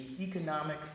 economic